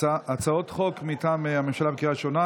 הצעות חוק מטעם הממשלה בקריאה ראשונה.